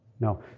No